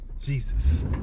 Jesus